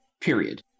period